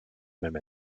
même